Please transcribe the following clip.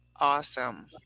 Awesome